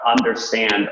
understand